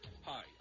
Hi